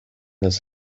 his